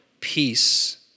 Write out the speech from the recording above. peace